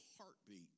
heartbeat